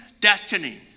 destiny